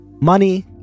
Money